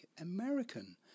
American